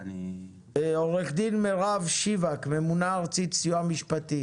עורך דין מירב שיבק ממונה ארצית סיוע משפטי,